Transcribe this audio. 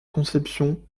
conception